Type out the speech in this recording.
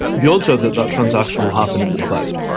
the odds are that that transaction will happen in the cloud.